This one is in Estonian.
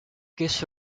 kes